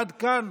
עד כאן,